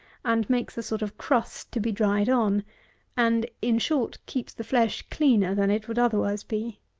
and makes a sort of crust to be dried on and, in short, keeps the flesh cleaner than it would otherwise be.